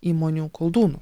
įmonių koldūnų